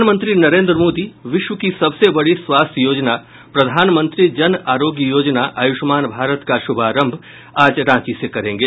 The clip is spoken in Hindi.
प्रधानमंत्री नरेन्द्र मोदी विश्व की सबसे बड़ी स्वास्थ्य योजना प्रधानमंत्री जन आरोग्य योजना आयूष्मान भारत का श्भारंभ आज रांची से करेंगे